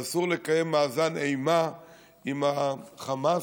ואסור לקיים מאזן אימה עם החמאס,